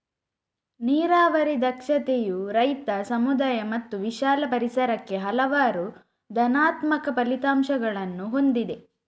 ನೀರಾವರಿ ದಕ್ಷತೆಯು ರೈತ, ಸಮುದಾಯ ಮತ್ತು ವಿಶಾಲ ಪರಿಸರಕ್ಕೆ ಹಲವಾರು ಧನಾತ್ಮಕ ಫಲಿತಾಂಶಗಳನ್ನು ಹೊಂದಿದೆ